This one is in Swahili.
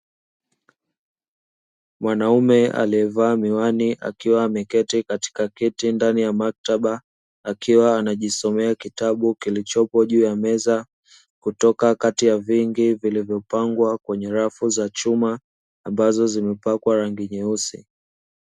Mwanaume aliyevaa miwani, akiwa ameketi katika kiti ndani ya maktaba, akiwa anajisomea kitabu kilichopo juu ya meza, kutoka kati ya vingi vilivyopangwa kwenye rafu za chuma ambazo zimepakwa rangi nyeusi.